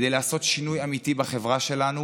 כדי לעשות שינוי אמיתי בחברה שלנו